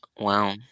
wow